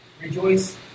Rejoice